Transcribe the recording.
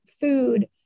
food